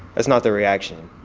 that's not their reaction.